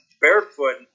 barefoot